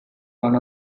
one